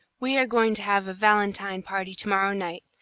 we are going to have a valentine party to-morrow night.